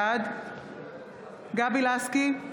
בעד גבי לסקי,